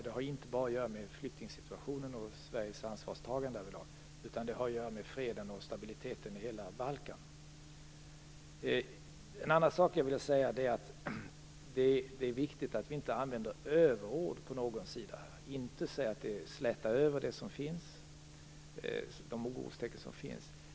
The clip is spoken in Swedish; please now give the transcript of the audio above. Det har inte bara att göra med flyktingsituationen och Sveriges ansvarstagande därvidlag, utan det har att göra med freden och stabiliteten i hela Balkan. En annan sak jag vill säga är att det är viktigt att vi inte använder överord på någon sida. Vi skall inte släta över de orostecken som finns.